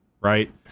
right